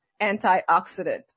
antioxidant